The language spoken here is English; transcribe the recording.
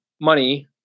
money